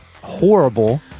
horrible